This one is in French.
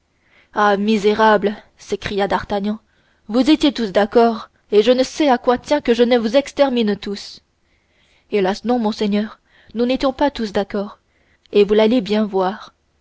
ah misérable s'écria d'artagnan vous étiez tous d'accord et je ne sais à quoi tient que je ne vous extermine tous hélas non monseigneur nous n'étions pas tous d'accord et vous l'allez bien voir